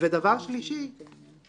של חבר הכנסת קיש הוא תיקון נכון.